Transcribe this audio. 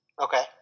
Okay